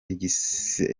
igisebo